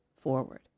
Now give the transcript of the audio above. forward